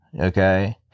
Okay